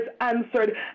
answered